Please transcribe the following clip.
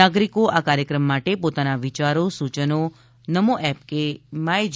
નાગરિકો આ કાર્યક્રમ માટે પોતાના વિચારો સૂચનો નમો એપકે માય જી